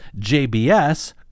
JBS